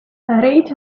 rate